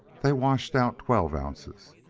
they washed out twelve ounces.